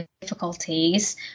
difficulties